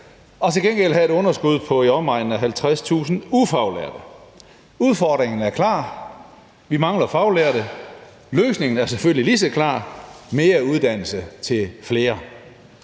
og til gengæld have et underskud på i omegnen af 50.000 ufaglærte. Udfordringen er klar: Vi mangler faglærte. Løsningen er selvfølgelig lige så klar: mere uddannelse til flere.